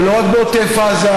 זה לא רק בעוטף עזה,